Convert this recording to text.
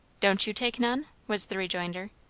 don't you take none? was the rejoinder.